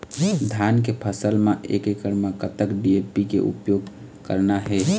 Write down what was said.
धान के फसल म एक एकड़ म कतक डी.ए.पी के उपयोग करना हे?